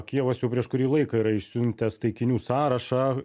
kijevas jau prieš kurį laiką yra išsiuntęs taikinių sąrašą